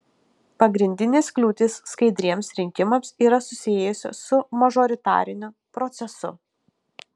pagrindinės kliūtys skaidriems rinkimams yra susijusios su mažoritariniu procesu